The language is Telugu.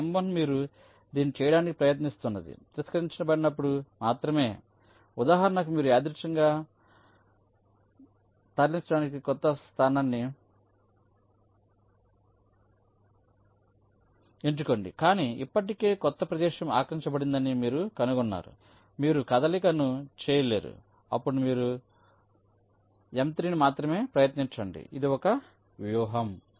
ఈ M1 మీరు దీన్ని చేయడానికి ప్రయత్నిస్తున్నది తిరస్కరించబడినప్పుడు మాత్రమేఉదాహరణకు మీరు యాదృచ్చికంగా తరలించడానికి క్రొత్త స్థానాన్ని ఎంచుకోండికానీ ఇప్పటికే క్రొత్త ప్రదేశం ఆక్రమించబడిందని మీరు కనుగొన్నారు మీరు కదలికను చేయలేరు అప్పుడు మీరు M3 ను మాత్రమే ప్రయత్నించండి ఇది ఒక వ్యూహం